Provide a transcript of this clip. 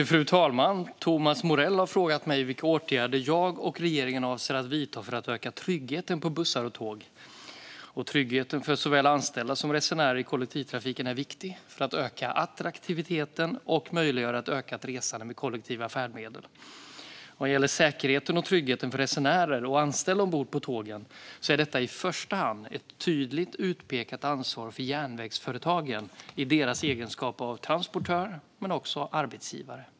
Fru talman! Thomas Morell har frågat mig vilka åtgärder jag och regeringen avser att vidta för att öka tryggheten på bussar och tåg. Trygghet för såväl anställda som resenärer i kollektivtrafiken är viktigt för att öka attraktiviteten och möjliggöra ett ökat resande med kollektiva färdmedel. Vad gäller säkerheten och tryggheten för resenärer och anställda ombord på tågen är detta i första hand ett tydligt utpekat ansvar för järnvägsföretagen i deras egenskap av transportörer och arbetsgivare.